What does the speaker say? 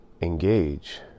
engage